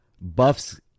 Buffs